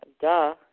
Duh